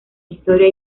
historia